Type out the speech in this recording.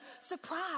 surprise